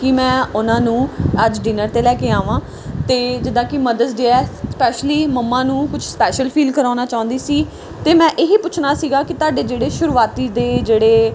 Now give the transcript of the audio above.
ਕਿ ਮੈਂ ਉਹਨਾਂ ਨੂੰ ਅੱਜ ਡਿਨਰ 'ਤੇ ਲੈ ਕੇ ਆਵਾਂ ਅਤੇ ਜਿੱਦਾਂ ਕਿ ਮਦਰਸ ਡੇ ਹੈ ਸਪੈਸ਼ਲੀ ਮੰਮਾ ਨੂੰ ਕੁਛ ਸਪੈਸ਼ਲ ਫੀਲ ਕਰਾਉਣਾ ਚਾਹੁੰਦੀ ਸੀ ਅਤੇ ਮੈਂ ਇਹੀ ਪੁੱਛਣਾ ਸੀਗਾ ਕਿ ਤੁਹਾਡੇ ਜਿਹੜੇ ਸ਼ੁਰੂਆਤੀ ਦੇ ਜਿਹੜੇ